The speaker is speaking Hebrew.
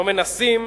לא מנסים,